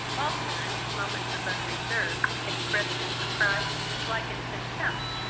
walter, in his moments of unreserve, expressed his surprise, dislike, and contempt,